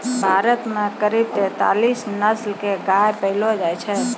भारत मॅ करीब तेतालीस नस्ल के गाय पैलो जाय छै